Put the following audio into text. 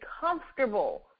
comfortable